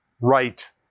right